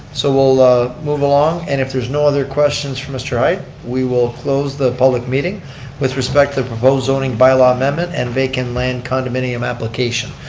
so we'll ah move along. and if there's no other questions for mr. hide we will close the public meeting with respect to proposed zoning bylaw amendment and vacant land condominium application.